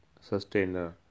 sustainer